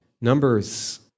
Numbers